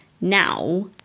now